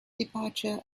departure